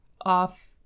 off